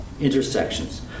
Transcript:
intersections